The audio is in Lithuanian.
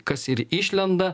kas ir išlenda